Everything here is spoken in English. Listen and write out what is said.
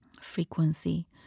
frequency